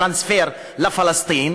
טרנספר לפלסטין.